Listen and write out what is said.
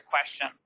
question